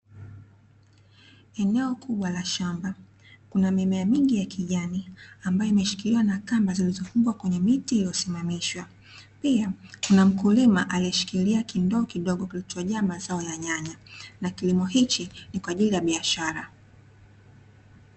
Eneo kubwa la shamba, kuna mimea mingi ya kijani ambayo imeshikiliwa na kamba zilizoshikiliwa kwenye miti iliyosimamishwa. Pia kuna mkulima aliyeshikilia kindoo kidogo kilichojaa mazao ya nanya na kilimo hichi ni kwa ajili ya biashara.